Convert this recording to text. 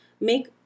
make